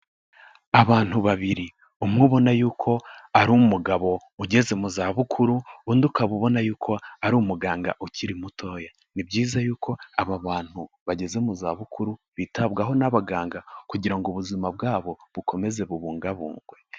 Abantu babiri umwe ubona yuko ari umugabo ugeze mu zabukuru, undi ukaba ubona yuko ari umuganga ukiri mutoya, ni byiza yuko aba bantu bageze mu zabukuru bitabwaho n'abaganga, kugira ngo ubuzima bwabo bukomeze bubungabungwe.